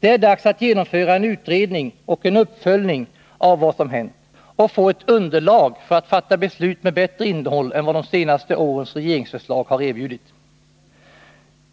Det är dags att genomföra en utredning och en uppföljning av vad som har hänt för att få ett underlag, så att man kan fatta beslut med bättre innehåll än vad de senaste årens regeringsförslag har erbjudit.